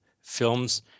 films